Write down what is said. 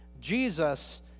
Jesus